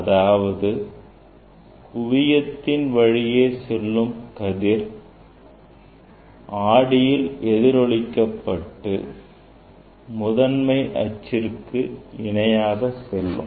அதாவது குவியத்தின் வழியே செல்லும் கதிர் ஆடியில் எதிரொலிக்கப்பட்டு முதன்மை அச்சுக்கு இணையாக செல்லும்